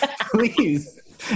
Please